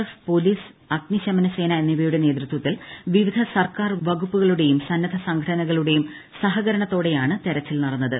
F police അഗ്നിശമനസേന എന്നിവയിട്ടെ നേതൃത്വത്തിൽ വിവിധ സർക്കാർ വകുപ്പുകളുടെയും സണ്ണിദ്ധ്യസംഘടനകളുടെയും സഹകരണത്തോടെയാണ് തെരച്ചിൽ നടന്നത്